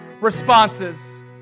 responses